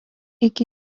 iki